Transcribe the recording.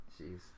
Jeez